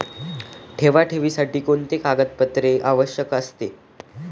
ठेवी ठेवण्यासाठी कोणते कागदपत्रे आवश्यक आहे?